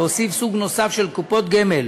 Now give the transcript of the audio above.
להוסיף סוג נוסף של קופות גמל